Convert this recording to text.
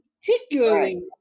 particularly